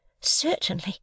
Certainly